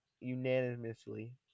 unanimously